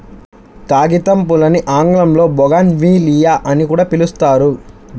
కాగితంపూలని ఆంగ్లంలో బోగాన్విల్లియ అని పిలుస్తారు